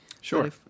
Sure